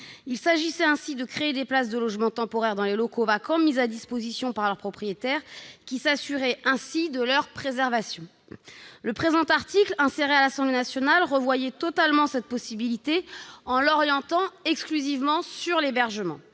Il s'agissait de créer des places de logement temporaire dans des locaux vacants, mis à disposition par leurs propriétaires, qui s'assuraient ainsi de leur préservation. Le présent article, inséré à l'Assemblée nationale, revoit totalement cette possibilité en l'orientant exclusivement vers l'hébergement.